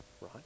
right